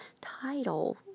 Title